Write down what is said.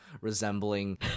resembling